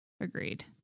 Agreed